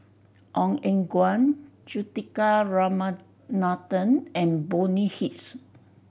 Ong Eng Guan Juthika Ramanathan and Bonny Hicks